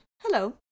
hello